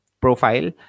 profile